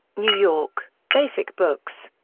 new york basic books.